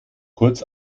kurz